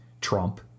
Trump